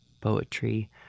poetry